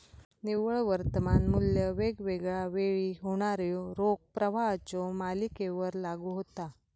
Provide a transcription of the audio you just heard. निव्वळ वर्तमान मू्ल्य वेगवेगळा वेळी होणाऱ्यो रोख प्रवाहाच्यो मालिकेवर लागू होता